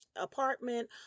apartment